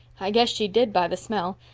i guess she did, by the smell,